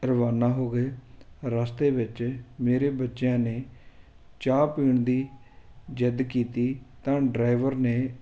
ਰਵਾਨਾ ਹੋ ਗਏ ਰਸਤੇ ਵਿੱਚ ਮੇਰੇ ਬੱਚਿਆਂ ਨੇ ਚਾਹ ਪੀਣ ਦੀ ਜ਼ਿੱਦ ਕੀਤੀ ਤਾਂ ਡਰਾਈਵਰ ਨੇ